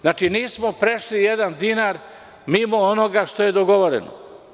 Znači, nismo prešli jedan dinar mimo onoga što je dogovoreno.